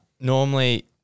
normally